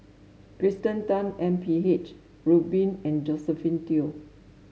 Kirsten Tan M P H Rubin and Josephine Teo